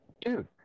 dude